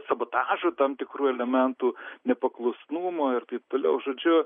sabotažo tam tikrų elementų nepaklusnumo ir taip toliau žodžiu